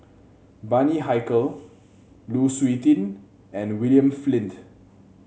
Bani Haykal Lu Suitin and William Flint